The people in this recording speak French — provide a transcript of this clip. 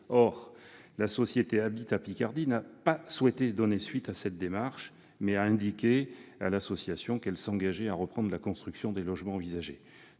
La société Habitat-Picardie n'a pas souhaité donner suite à cette démarche, mais elle a indiqué à l'association qu'elle s'engageait à reprendre la construction des logements envisagés.